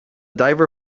diver